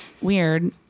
weird